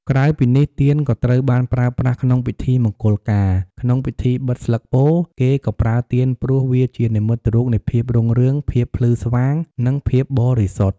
ក្រៅពីនេះ ទៀនក៏ត្រូវបានប្រើប្រាស់ក្នុងពិធីមង្គលការ ក្នុងពិធីបិទស្លឹកពោធិ៍ គេក៏ប្រើទៀនព្រោះវាជានិមិត្តរូបនៃភាពរុងរឿង ភាពភ្លឺស្វាង និងភាពបរិសុទ្ធ ។